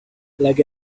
like